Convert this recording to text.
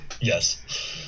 yes